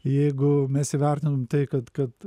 jeigu mes įvertinam tai kad kad